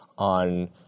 On